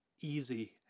easy